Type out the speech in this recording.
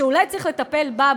שאולי צריך לטפל בה,